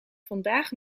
vandaag